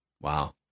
Wow